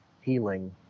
healing